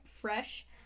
fresh